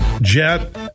Jet